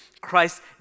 Christ